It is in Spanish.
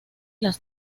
las